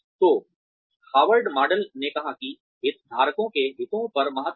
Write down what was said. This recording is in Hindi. तो हार्वर्ड मॉडल ने कहा कि हितधारकों के हितों पर महत्त्व दिया